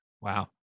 Wow